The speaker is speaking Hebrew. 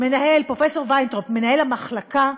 פרופסור וינטראוב, מנהל המחלקה,